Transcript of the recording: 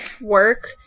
work